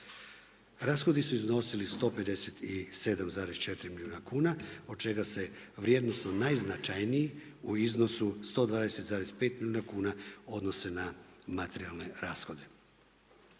Rashodi su iznosili 157,4 milijuna kuna od čega se vrijednosno najznačajniji u iznosu 120,5 milijuna kuna odnose na materijalne rashode.